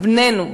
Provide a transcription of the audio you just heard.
בינינו,